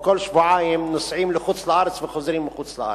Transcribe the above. כל שבועיים נוסעים לחוץ-לארץ וחוזרים מחוץ-לארץ.